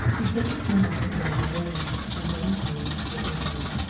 he took a turn up and down the room, and then came and stood over me.